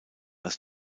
als